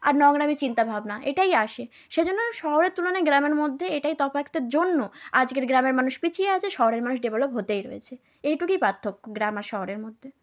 আর নোংরামি চিন্তা ভাবনা এটাই আসে সে জন্য শহরের তুলনায় গ্রামের মধ্যে এটাই তফাতটার জন্য আজগের গ্রামের মানুষ পিছিয়ে আছে শহরের মানুষ ডেভেলপ হতেই রয়েছে এটুকুই পার্থক্য গ্রাম আর শহরের মধ্যে